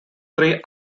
three